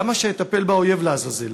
למה שאטפל באויב, לעזאזל?